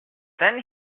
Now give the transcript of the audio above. then